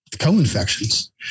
co-infections